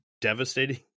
devastating